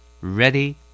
ready